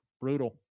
brutal